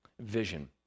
vision